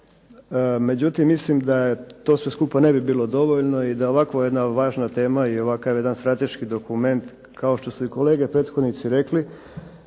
Međutim mislim da je, to sve skupa ne bi bilo dovoljno i da ovakva jedna važna tema i ovakav jedan strateški dokument, kao što su i kolege prethodnici rekli,